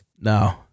No